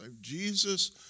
Jesus